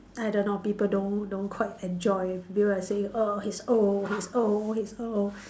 I don't know people don't don't quite enjoy people were saying oh he's old he's old he's old